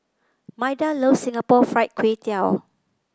Maida loves Singapore Fried Kway Tiao